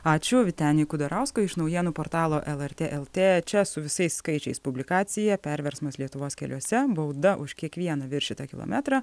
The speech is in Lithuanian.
ačiū vyteniui kudarauskui iš naujienų portalo lrt lt čia su visais skaičiais publikacija perversmas lietuvos keliuose bauda už kiekvieną viršytą kilometrą